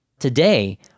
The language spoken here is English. Today